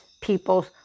people's